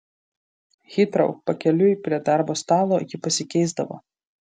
hitrou pakeliui prie darbo stalo ji pasikeisdavo